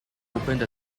opened